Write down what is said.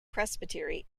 presbytery